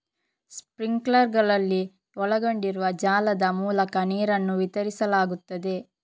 ಸ್ಪ್ರಿಂಕ್ಲರುಗಳಲ್ಲಿ ಒಳಗೊಂಡಿರುವ ಜಾಲದ ಮೂಲಕ ನೀರನ್ನು ವಿತರಿಸಲಾಗುತ್ತದೆ